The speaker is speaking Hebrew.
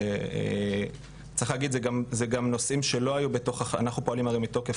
צריך להגיד שאנחנו פועלים הרי מתוקף